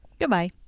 Goodbye